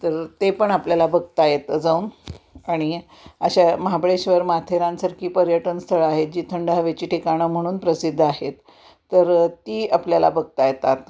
तर ते पण आपल्याला बघता येतं जाऊन आणि अशा महाबळेश्वर माथेरानसारखी पर्यटनस्थळं आहे जी थंड हवेची ठिकाणं म्हणून प्रसिद्ध आहेत तर ती आपल्याला बघता येतात